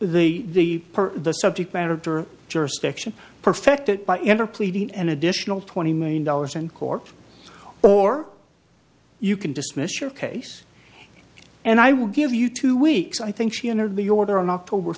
the per the subject matter jurisdiction perfected by ever pleading an additional twenty million dollars in court or you can dismiss your case and i will give you two weeks i think she entered the order on october